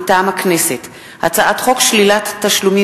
מטעם הכנסת: הצעת חוק שלילת תשלומים